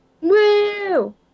Woo